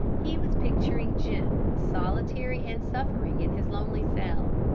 he was picturing jim solitary and suffering in his lonely cell.